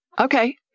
Okay